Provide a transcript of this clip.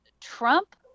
Trump